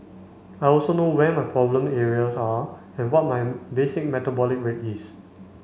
I also know where my problem areas are and what my basic metabolic rate is